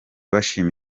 bashima